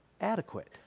adequate